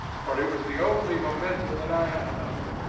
for it was the only memento that i had of her.